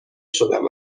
شدم